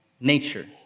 nature